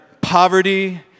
poverty